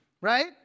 right